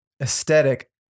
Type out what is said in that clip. aesthetic